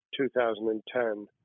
2010